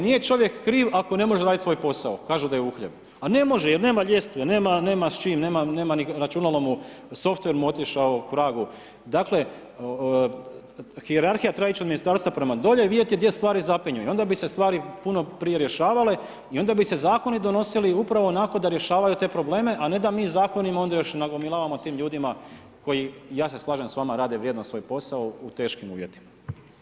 Nije čovjek kriv ako ne može raditi svoj posao, kažu da je uhljeb, a ne može nema ljestve, nema s čim, nema ni računalo mu, softver mu je otišao k vragu, dakle, hijerarhija treba ići od ministarstva prema dolje i vidjeti gdje stvari zapinju i onda bi se stvari puno prije rješavale i onda bi se zakoni donosili upravo onako da rješavaju te probleme a ne da mi zakonima, još nagomilavamo tim ljudima, koji ja se slažem s vama rade vrijedno svoj posao u teškim uvjetima.